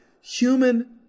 human